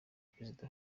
perezida